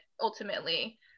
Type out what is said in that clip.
ultimately